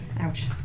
Ouch